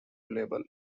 label